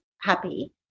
happy